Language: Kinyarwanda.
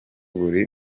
buri